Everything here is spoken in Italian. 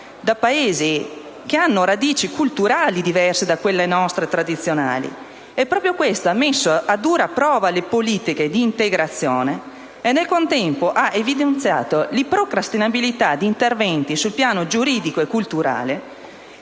da Paesi con radici culturali diverse da quelle nostre tradizionali ha messo a dura prova le politiche di integrazione e, nel contempo, ha evidenziato l'improcrastinabilità di interventi sul piano giuridico e culturale